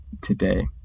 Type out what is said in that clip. today